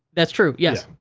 that's true, yes.